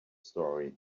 story